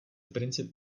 princip